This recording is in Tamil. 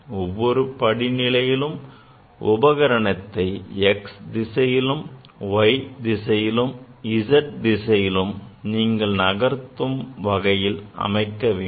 ஒவ்வொரு படிநிலையிலும் உபகரணத்தை x திசையில் y திசையில் z திசையில் நீங்கள் நகர்த்தும் வகையில் அமைக்க வேண்டும்